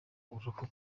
uruhu